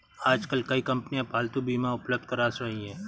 आजकल कई कंपनियां पालतू बीमा उपलब्ध करा रही है